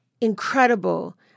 incredible